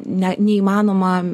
ne neįmanoma